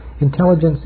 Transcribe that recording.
intelligence